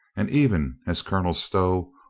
and even as colonel stow,